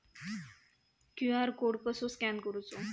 QR code कसो scan करायचो?